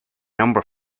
number